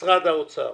האוצר